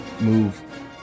move